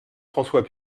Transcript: françois